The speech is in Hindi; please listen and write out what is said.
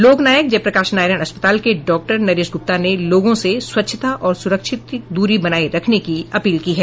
लोकनायक जयप्रकाश नारायण अस्पताल के डॉक्टर नरेश गुप्ता ने लोगों से स्वच्छता और सुरक्षित दूरी बनाए रखने की अपील की है